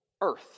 earth